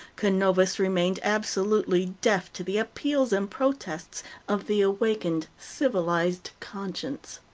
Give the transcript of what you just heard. canovas remained absolutely deaf to the appeals and protests of the awakened civilized conscience.